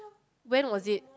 when was it